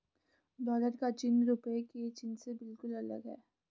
dollar का चिन्ह रूपए के चिन्ह से बिल्कुल अलग है